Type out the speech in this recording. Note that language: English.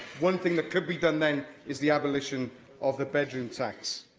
one thing that could be done then is the abolition of the bedroom tax.